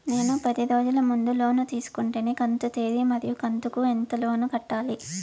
నేను పది రోజుల ముందు లోను తీసుకొంటిని కంతు తేది మరియు కంతు కు ఎంత లోను కట్టాలి?